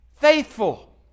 faithful